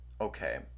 Okay